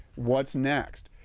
what's next?